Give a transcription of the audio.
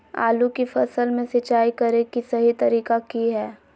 आलू की फसल में सिंचाई करें कि सही तरीका की हय?